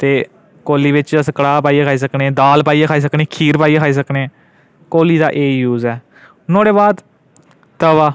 ते कौल्ली बिच अस कड़ाह् पाइयै खाई सकने दाल पाइयै खाई सकने खीर पाइयै खाई सकने कौल्ली दा एह् यूज ऐ नुआढ़े बाद तवा